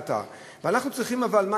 אנחנו מדברים על הכותל המערבי כהחלטה.